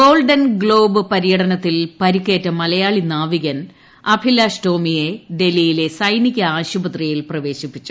golden Globe പര്യടനത്തിൽ പരിക്കേറ്റ Malayali നാവികൻ അഭിലാഷ് ടോമിയെ ഡൽഹിയി ലെ സൈനിക ആശുപത്രിയിൽ പ്രവേശിപ്പിച്ചു